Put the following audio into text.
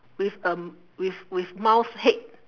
with um with with mouse head